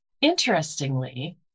Interestingly